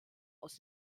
aus